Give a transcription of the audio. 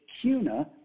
CUNA